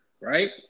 right